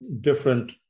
different